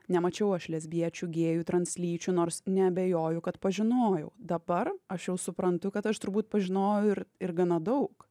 nemačiau aš lesbiečių gėjų translyčių nors neabejoju kad pažinojau dabar aš jau suprantu kad aš turbūt pažinojau ir ir gana daug